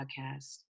podcast